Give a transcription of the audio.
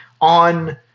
on